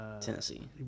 Tennessee